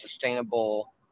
sustainable